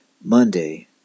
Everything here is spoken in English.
Monday